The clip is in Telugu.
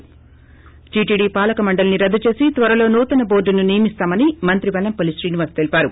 ి టిటిడి పాలక మండలిని రద్దు చేసి త్వరలో నూతన బోర్దును నియమిస్తామని మంత్రి వెల్లంపల్లి శ్రీనివాస్ తెలీపారు